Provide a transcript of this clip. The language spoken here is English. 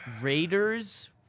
raiders